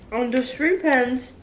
on the three pens,